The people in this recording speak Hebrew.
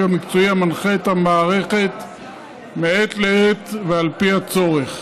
המקצועי המנחה את המערכת מעת לעת ועל פי הצורך,